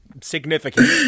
significant